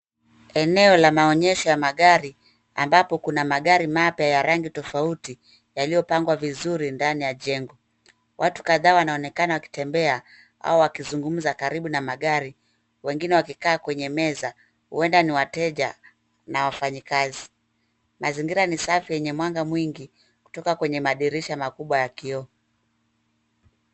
Eneo la maonyesho ya magari ambapo kuna magari mapya ya rangi tofauti yaliyopangwa vizuri ndani ya jengo. Watu kadhaa wanaonekana wakitembea au wakizungumza karibu na magari wengine wakikaa kwenye meza huenda ni wateja na wafanyikazi. Mazingira ni safi yenye mwanga mwingi kutoka kwenye madirisha makubwa ya kioo.